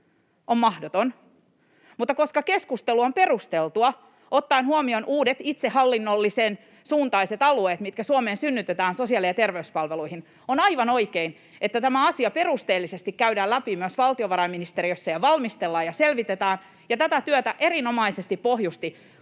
on mahdoton, mutta koska keskustelu on perusteltua ottaen huomioon uudet itsehallinnollisen suuntaiset alueet, mitkä Suomeen synnytetään sosiaali‑ ja terveyspalveluihin, on aivan oikein, että tämä asia perusteellisesti käydään läpi myös valtiovarainministeriössä ja valmistellaan ja selvitetään. Tätä työtä erinomaisesti pohjusti